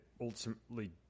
ultimately